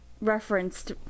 referenced